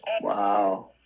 Wow